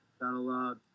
that'll –